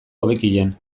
hobekien